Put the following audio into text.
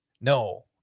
No